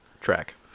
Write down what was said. track